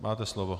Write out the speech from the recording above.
Máte slovo.